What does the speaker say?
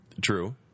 True